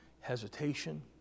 hesitation